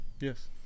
Yes